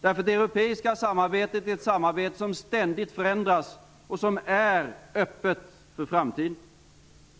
Det europeiska samarbetet är ett samarbete som ständigt förändras och som är öppet för framtiden.